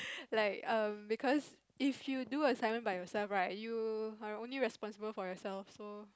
like um because if you do assignment by yourself right you are only responsible for yourself so